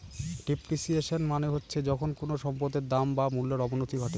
depreciation মানে হচ্ছে যখন কোনো সম্পত্তির দাম বা মূল্যর অবনতি ঘটে